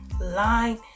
Line